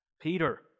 Peter